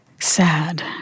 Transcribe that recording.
sad